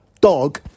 dog